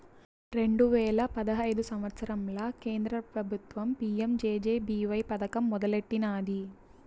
రెండు వేల పదహైదు సంవత్సరంల కేంద్ర పెబుత్వం పీ.యం జె.జె.బీ.వై పదకం మొదలెట్టినాది